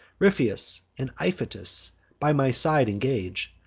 ripheus and iph'itus by my side engage,